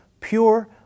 pure